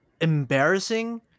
embarrassing